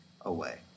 away